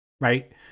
Right